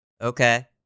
okay